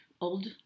old